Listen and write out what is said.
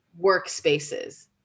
workspaces